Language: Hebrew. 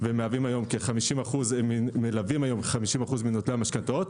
ומהווים היום כ-50% מנותני המשכנתאות.